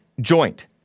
joint